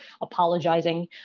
apologizing